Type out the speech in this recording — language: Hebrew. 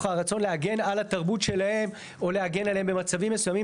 הרצון להגן על התרבות שלהם או להגן עליהם במצבים מסוימים